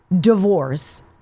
divorce